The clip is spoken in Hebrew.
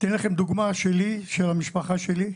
אני אתן לכם דוגמה שלי, של המשפחה שלי,